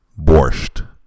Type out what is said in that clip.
Borscht